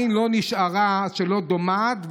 לא נשארה עין שלא דומעת,